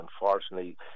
unfortunately